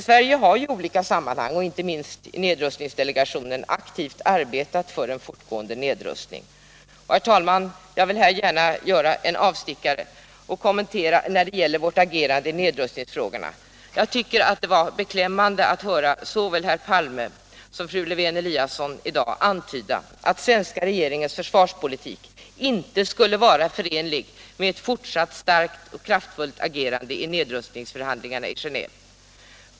Sverige har i olika sammanhang och inte minst i nedrustningsdelegationen aktivt arbetat för en fortgående nedrustning. Herr talman! Jag vill här gärna göra en avstickare och kommentera vårt agerande i nedrustningsfrågorna. Jag tycker att det var beklämmande att höra såväl herr Palme som fru Lewén-Eliasson i dag antyda att svenska regeringens försvarspolitik inte skulle vara förenlig med ett fortsatt starkt och kraftfullt agerande i nedrustningsförhandlingarna i Geneve.